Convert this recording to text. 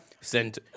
send